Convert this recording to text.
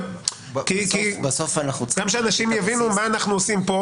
גם כדי שאנשים יבינו מה אנחנו עושים פה